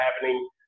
happening